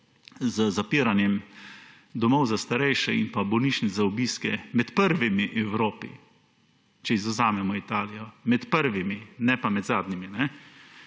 z zapiranjem domov za starejše in bolnišnic za obiske je ukrepala med prvimi v Evropi, če izvzamemo Italijo, med prvimi, ne pa med zadnjimi.